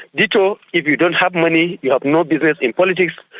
ditto, if you don't have money, you have no business in politics.